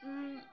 হুম